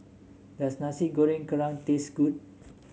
does Nasi Goreng Kerang taste good